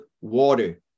water